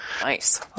Nice